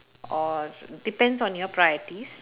or depends on your priorities